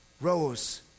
rose